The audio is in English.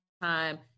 time